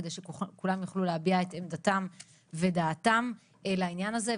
כדי שכולם יוכלו להביע את עמדתם ודעתם לעניין הזה,